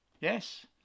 yes